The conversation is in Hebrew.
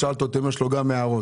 אם יש לו גם הערות?